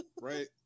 right